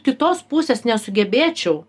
kitos pusės nesugebėčiau